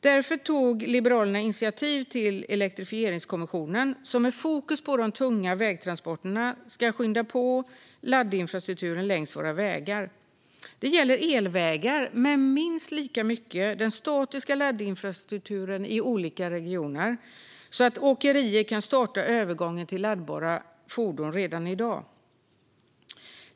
Därför tog Liberalerna initiativ till en elektrifieringskommission som med fokus på de tunga vägtransporterna ska skynda på laddinfrastrukturen längs våra vägar. Det gäller elvägar men minst lika mycket den statiska laddinfrastrukturen i olika regioner så att åkerier kan starta övergången till laddbara fordon redan i dag.